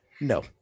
No